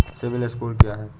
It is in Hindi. सिबिल स्कोर क्या है?